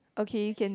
okay you can